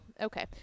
okay